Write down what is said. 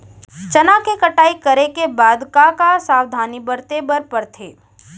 चना के कटाई करे के बाद का का सावधानी बरते बर परथे?